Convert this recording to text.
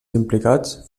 implicats